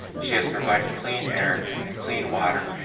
she has provided clean air and clean water.